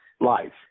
life